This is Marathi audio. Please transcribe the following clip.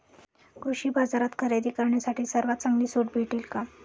कृषी बाजारात खरेदी करण्यासाठी सर्वात चांगली सूट भेटेल का?